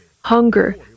hunger